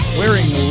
wearing